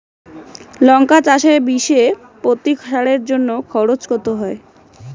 লঙ্কা চাষে বিষে প্রতি সারের জন্য খরচ কত হয়?